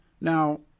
Now